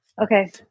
okay